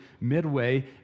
midway